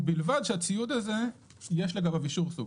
ובלבד שהציוד הזה יש לגביו אישור סוג.